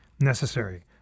necessary